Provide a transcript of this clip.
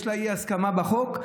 יש לה אי-הסכמה לגבי חוק,